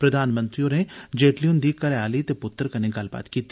प्रधानमंत्री होरें जेटली हन्दी घरै आली ते पुत्तर कन्नै गल्लबात कीती